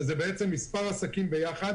שזה בעצם מספר עסקים ביחד,